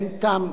אין טעם,